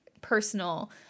personal